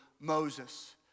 moses